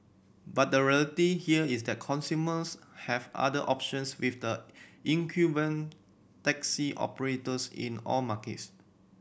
but the reality here is that consumers have other options with the incumbent taxi operators in all markets